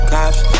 Cops